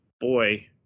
boy